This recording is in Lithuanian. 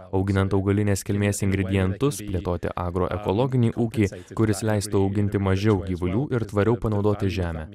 auginant augalinės kilmės ingredientus plėtoti agro ekologinį ūkį kuris leistų auginti mažiau gyvulių ir tvariau panaudoti žemę